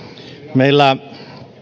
meillä